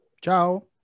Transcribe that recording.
ciao